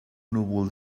núvol